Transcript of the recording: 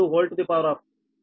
96513916మీటర్లు